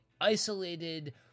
isolated